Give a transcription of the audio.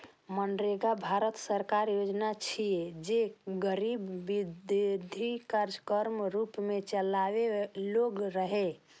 मनरेगा भारत सरकारक योजना छियै, जे गरीबी विरोधी कार्यक्रमक रूप मे चलाओल गेल रहै